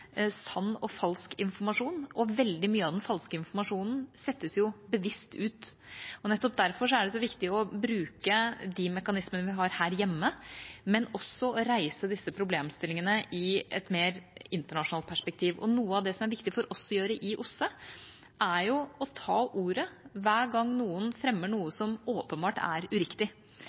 sann informasjon og falsk informasjon, og veldig mye av den falske informasjonen settes ut bevisst. Nettopp derfor er det så viktig å bruke de mekanismene vi har her hjemme, men også å reise disse problemstillingene i et mer internasjonalt perspektiv. Noe av det som er viktig for oss å gjøre i OSSE, er å ta ordet hver gang noen fremmer noe som åpenbart er uriktig.